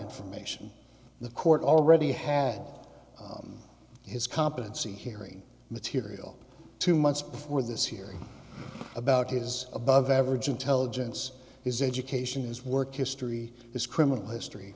information the court already had his competency hearing material two months before this hearing about his above average intelligence is education is work history it's criminal history